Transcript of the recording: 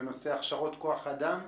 בנושא הכשרות כוח אדם,